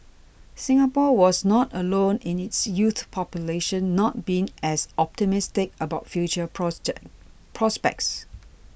Singapore was not alone in its youth population not being as optimistic about future prospects